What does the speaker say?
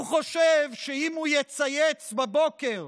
הוא חושב שאם הוא יצייץ בבוקר